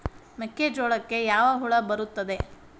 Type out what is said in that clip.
ಮೆಕ್ಕೆಜೋಳಕ್ಕೆ ಯಾವ ಹುಳ ಬರುತ್ತದೆ?